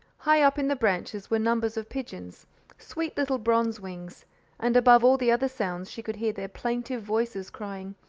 high up in the branches were numbers of pigeons sweet little bronze-wings and above all the other sounds she could hear their plaintive voices crying,